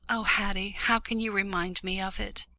oh, haddie, how can you remind me of it?